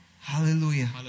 Hallelujah